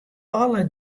alle